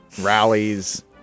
rallies